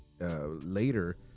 later